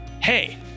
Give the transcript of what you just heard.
hey